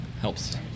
helps